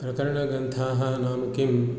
प्रकरणाग्रन्थाः नाम किम्